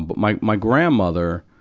um. but my my grandmother,